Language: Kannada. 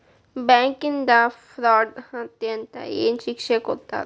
ಬ್ಯಾಂಕಿಂದಾ ಫ್ರಾಡ್ ಅತಂದ್ರ ಏನ್ ಶಿಕ್ಷೆ ಕೊಡ್ತಾರ್?